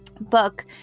book